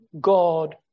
God